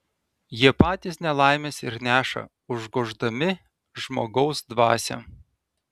jie patys nelaimes ir neša užgoždami žmogaus dvasią